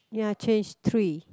ya change three